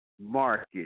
market